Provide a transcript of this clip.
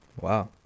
Wow